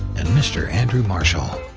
and mr. andrew marshal